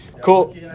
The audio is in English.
Cool